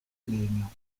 legno